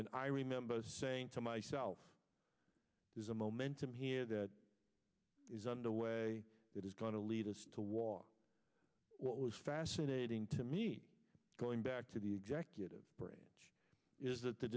and i remember saying to myself there's a momentum here that is underway that is going to lead us to war what was fascinating to me going back to the executive branch is that the